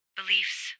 beliefs